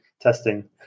testing